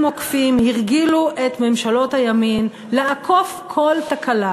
עוקפים הרגילו את ממשלות הימין לעקוף כל תקלה.